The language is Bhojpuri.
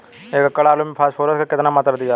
एक एकड़ आलू मे फास्फोरस के केतना मात्रा दियाला?